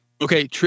Okay